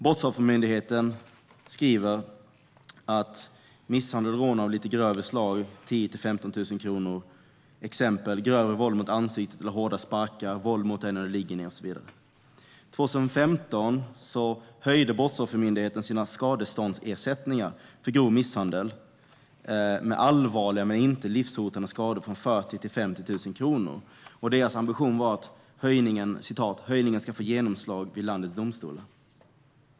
Brottsoffermyndigheten skriver att misshandel och rån av lite grövre slag ger 10 000-15 000 kronor. Det är till exempel grövre våld mot ansiktet eller hårda sparkar, våld mot den som ligger ned och så vidare. År 2015 höjde Brottsoffermyndigheten sina skadeståndsersättningar för grov misshandel med allvarliga men inte livshotande skador från 40 000 till 50 000 kronor. Deras ambition var att höjningen skulle få genomslag vid landets domstolar.